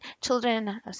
children